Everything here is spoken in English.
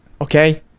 okay